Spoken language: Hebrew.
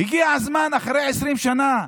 הגיע הזמן, אחרי 20 שנה,